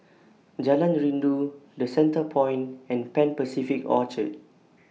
Jalan Rindu The Centrepoint and Pan Pacific Orchard